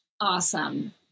Awesome